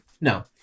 No